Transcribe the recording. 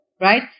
right